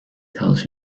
tells